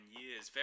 years